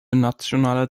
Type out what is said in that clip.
nationale